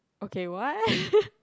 okay what